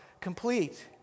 complete